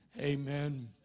Amen